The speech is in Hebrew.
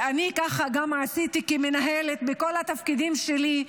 וגם אני עשיתי כך כמנהלת בכל התפקידים שלי,